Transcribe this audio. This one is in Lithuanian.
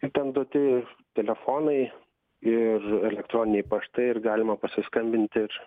ir ten duoti telefonai ir elektroniniai paštai ir galima pasiskambinti ir